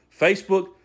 Facebook